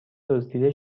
دزدیده